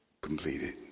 completed